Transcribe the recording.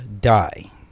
die